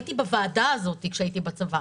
הייתי בוועדה הזאת כשהייתי בצבא.